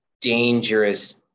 dangerous